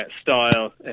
style